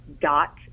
Dot